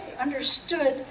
understood